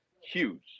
huge